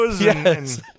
Yes